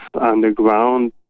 underground